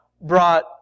brought